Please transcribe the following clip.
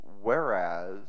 whereas